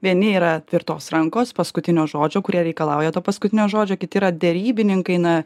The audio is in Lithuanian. vieni yra tvirtos rankos paskutinio žodžio kurie reikalauja to paskutinio žodžio kiti yra derybininkai na